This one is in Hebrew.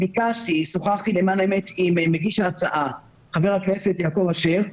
שוחחתי עם מגיש ההצעה חבר הכנסת יעקב אשר וסוכם,